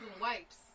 wipes